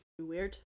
Weird